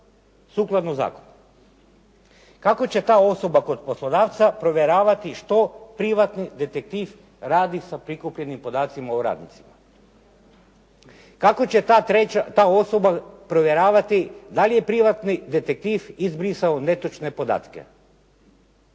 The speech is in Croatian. sukladno zakonu. Kako će ta osoba kod poslodavca provjeravati što privatni detektiv radi sa prikupljenim podacima o radnicima? Kako će ta osoba provjeravati da li je privatni detektiv izbrisao netočne podatke?